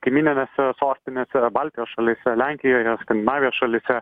kaimyninėse sostinėse yra baltijos šalyse lenkijoje skandinavijos šalyse